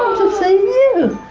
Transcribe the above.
save you?